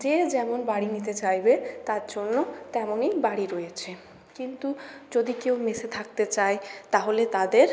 যে যেমন বাড়ি নিতে চাইবে তার জন্য তেমনই বাড়ি রয়েছে কিন্তু যদি কেউ মেসে থাকতে চায় তাহলে তাদের